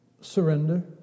surrender